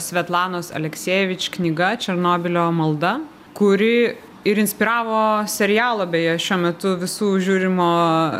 svetlanos aleksevič knyga černobylio malda kuri ir inspiravo serialo beje šiuo metu visų žiūrimo